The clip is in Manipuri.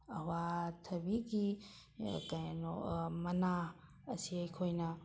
ꯑꯋꯥꯊꯕꯤꯒꯤ ꯀꯩꯅꯣ ꯃꯅꯥ ꯑꯁꯤ ꯑꯩꯈꯣꯏꯅ